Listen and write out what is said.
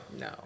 No